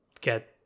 get